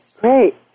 great